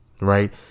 right